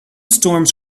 storms